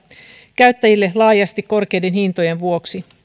käyttäjille laajasti korkeiden hintojen vuoksi